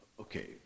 okay